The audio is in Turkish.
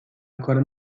yukarı